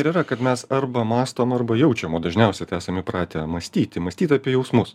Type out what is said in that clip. ir yra kad mes arba mąstom arba jaučiam o dažniausiai tai esam įpratę mąstyti mąstyt apie jausmus